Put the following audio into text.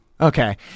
Okay